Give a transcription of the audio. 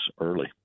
early